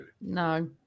No